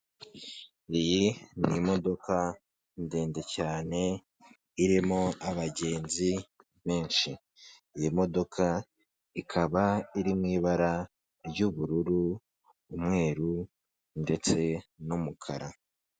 Iyi n'imodoka ndende cyane irimo abagenzi benshi, iyi modoka ikaba iri mu ibara ry'ubururu, umweru ndetse n'umukara.